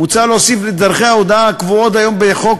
מוצע להוסיף לדרכי ההודעה הקבועות היום בחוק,